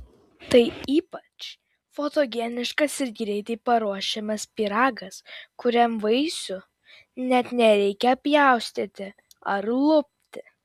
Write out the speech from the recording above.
tai ypač fotogeniškas ir greitai paruošiamas pyragas kuriam vaisių net nereikia pjaustyti ar lupti